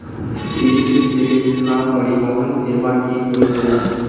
शीत श्रृंखला परिवहन सेवा की होइत अछि?